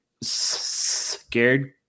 scared